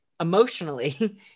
emotionally